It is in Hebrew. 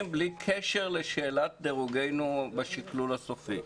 בלי קשר לשאלת דירוגנו בשקלול הסופי.